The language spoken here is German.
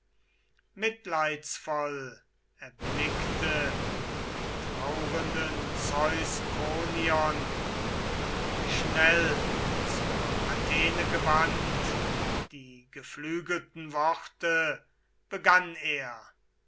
jen erblickte die lilienarmige here schnell zur athene gewandt die geflügelten worte begann sie